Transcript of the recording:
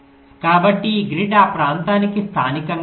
కాబట్టి ఈ గ్రిడ్ ఆ ప్రాంతానికి స్థానికంగా ఉంటుంది